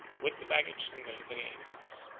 with the baggage and military engines.